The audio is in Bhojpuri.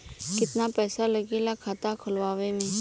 कितना पैसा लागेला खाता खोलवावे में?